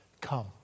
come